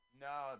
No